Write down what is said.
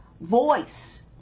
voice